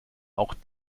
auch